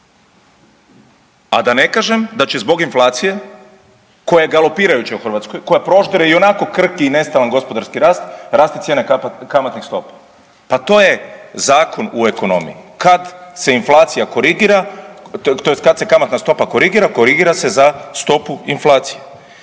a da ne kažem da će zbog inflacije koja je galopirajuća u Hrvatskoj koja proždire i onako krhki i nestalan gospodarski rast, raste cijena kamatnih stopa. Pa to je zakon u ekonomiji, kad se inflacija korigira tj. kad se kamatna stopa korigira, korigira se za stopu inflacije.